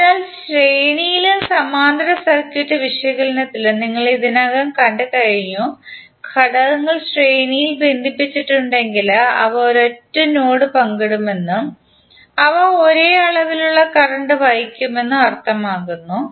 അതിനാൽ ശ്രേണിയിലും സമാന്തര സർക്യൂട്ട് വിശകലനത്തിലും നിങ്ങൾ ഇതിനകം കണ്ടുകഴിഞ്ഞു ഘടകങ്ങൾ ശ്രേണിയിൽ ബന്ധിപ്പിച്ചിട്ടുണ്ടെങ്കിൽ അവ ഒരൊറ്റ നോഡ് പങ്കിടുമെന്നും അവ ഒരേ അളവിലുള്ള കറന്റ് വഹിക്കുമെന്നും അർത്ഥമാക്കുന്നു